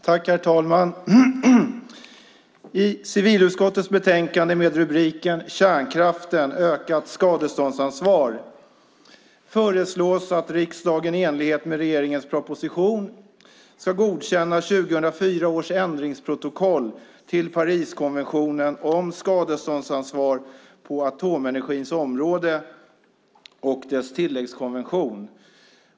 Herr talman! I civilutskottets betänkande med rubriken Kärnkraften - ökat skadeståndsansvar föreslås att riksdagen i enlighet med regeringens proposition ska godkänna 2004 års ändringsprotokoll till Pariskonventionen om skadeståndsansvar på atomenergins område och dess tilläggskonvention.